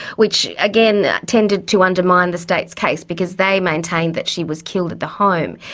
which again tended to undermine the state's case, because they maintained that she was killed at the home.